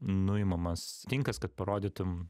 nuimamas tinkas kad parodytum